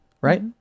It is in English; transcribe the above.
right